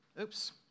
oops